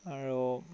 আৰু